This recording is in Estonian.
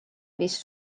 viis